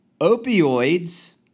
opioids